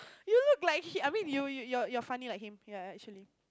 you look like him I mean you you you're you're funny like him ya actually